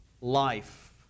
life